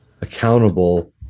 accountable